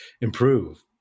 improve